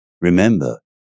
Remember